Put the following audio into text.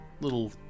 little